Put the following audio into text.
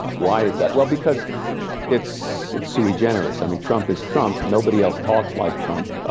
ah why is that? well, because it's it's sui generis, i mean trump is trump nobody else talks like trump.